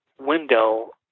window